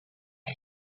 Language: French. eux